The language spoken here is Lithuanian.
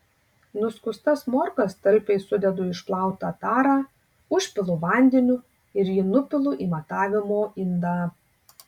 nuskustas morkas talpiai sudedu į išplautą tarą užpilu vandeniu ir jį nupilu į matavimo indą